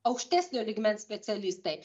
aukštesnio lygmens specialistai